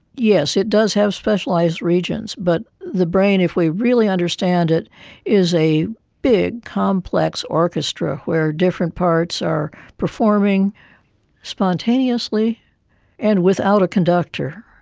yes, it does have specialised regions, but the brain if we really understand it is a big complex orchestra where different parts are performing spontaneously and without a conductor.